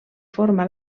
forma